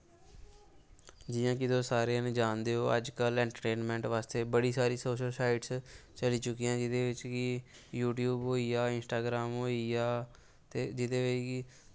जियां कि तुस सारे जने जानदे ओ अजकल इंट्रटेन बास्ते बड़ी सारी सोशल साईड़स चली चुकियां जेह्दे बिच्च कि यूटयूब होईया इंस्टाग्राम होआ ते जेह्दे बिच्च कि